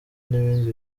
nibindi